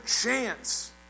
chance